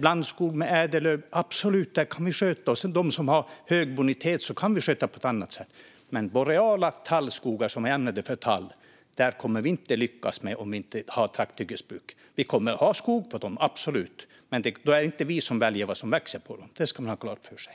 blandskog med ädellöv - absolut, det kan vi sköta. Och de som har hög bonitet kan vi sköta på ett annat sätt. Men boreala tallskogar som är ämnade för tall kommer vi inte att lyckas med om vi inte har trakthyggesbruk. Vi kommer att ha skog på dem, absolut, men då är det inte vi som väljer vad som växer där. Det ska man ha klart för sig.